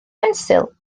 bensil